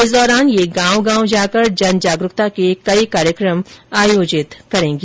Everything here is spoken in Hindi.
इस दौरान ये गांव गांव जाकर जन जागरूकता के कई कार्यक्रम आयोजित करेंगी